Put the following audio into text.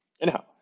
Anyhow